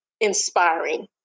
inspiring